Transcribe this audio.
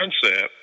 concept